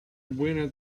buena